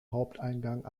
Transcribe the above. haupteingang